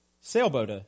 sailboat